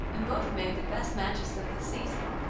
and both made the best matches of the season.